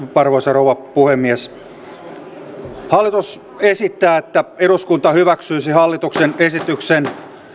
arvoisa rouva puhemies hallitus esittää että eduskunta hyväksyisi hallituksen esityksen